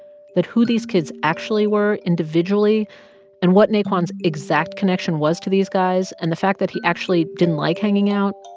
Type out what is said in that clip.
that who these kids actually were individually and what naquan's exact connection was to these guys and the fact that he actually didn't like hanging out,